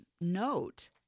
note